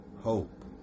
hope